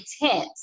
intent